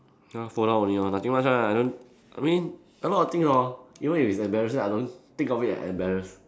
ya fall down only lor nothing much lah I don't I mean a lot of things hor even if it's embarrassing I don't think of it as embarrass~